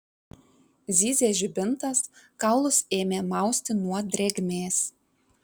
zyzė žibintas kaulus ėmė mausti nuo drėgmės